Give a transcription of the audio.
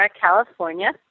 California